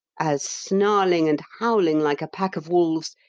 as, snarling and howling like a pack of wolves,